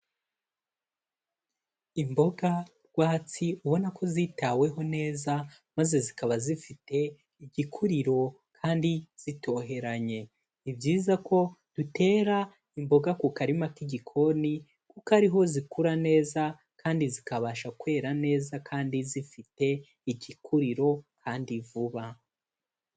Imboga rwatsi ubona ko zitaweho neza, maze zikaba zifite igikuriro kandi zitoheranye; ni byiza ko dutera imboga ku karima k'igikoni, kuko ari ho zikura neza kandi zikabasha kwera neza kandi zifite igikuriro kandi vuba.